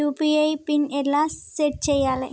UPI PIN ఎట్లా set చేయాలే?